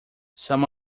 some